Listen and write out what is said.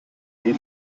kein